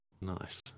Nice